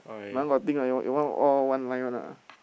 my one got thing lah your one your one all one line one lah